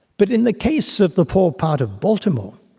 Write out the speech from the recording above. but in the case of the poor part of baltimore,